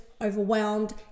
overwhelmed